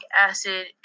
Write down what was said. acid